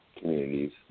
communities